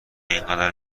اینقدر